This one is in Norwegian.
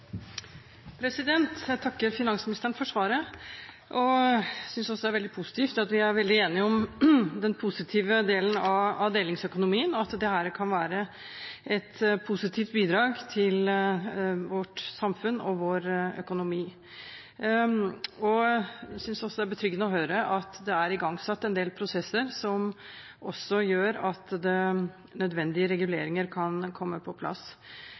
Jeg takker finansministeren for svaret, og synes også det er veldig positivt at vi er enige om den positive delen av delingsøkonomien, og at det kan være et positivt bidrag til vårt samfunn og vår økonomi. Jeg synes også det er betryggende å høre at det er igangsatt en del prosesser som også gjør at nødvendige reguleringer kan komme på plass.